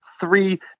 three